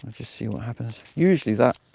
just see what happens. usually that,